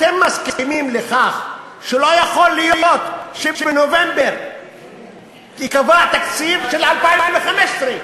אתם מסכימים לכך שלא יכול להיות שבנובמבר ייקבע תקציב של 2015?